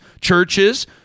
churches